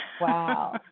Wow